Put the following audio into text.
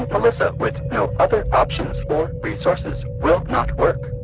ah melissa with no other options or resources will not work.